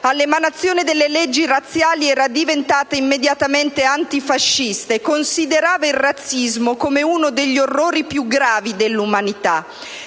All'emanazione delle leggi razziali era diventata immediatamente antifascista e considerava il razzismo come uno degli orrori più gravi dell'umanità.